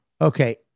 Okay